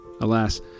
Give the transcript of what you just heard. Alas